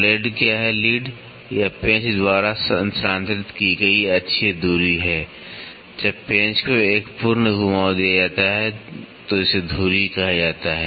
lead क्या है यह पेंच द्वारा स्थानांतरित की गई अक्षीय दूरी है जब पेंच को एक पूर्ण घुमाव दिया जाता है तो इसे धुरी कहा जाता है